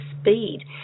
speed